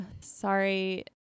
sorry